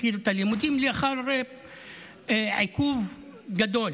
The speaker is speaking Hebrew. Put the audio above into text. התחילו את הלימודים לאחר עיכוב גדול.